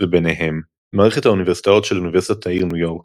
וביניהם מערכת האוניברסיטאות של אוניברסיטת העיר ניו יורק